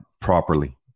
properly